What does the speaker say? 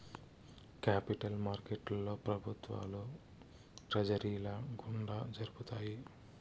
capital మార్కెట్లో ప్రభుత్వాలు ట్రెజరీల గుండా జరుపుతాయి